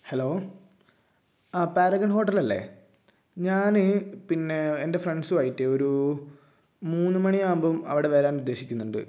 hello ആ Paragon ഹോട്ടലല്ലേ ഞാൻ പിന്നെ എന്റെ ഫ്രണ്ട്സുമായിട്ട് ഒരു മൂന്നു മണിയാകുമ്പം അവിടെ വരാന് ഉദ്ദേശിക്കുന്നുണ്ട്